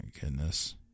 goodness